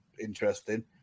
interesting